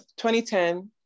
2010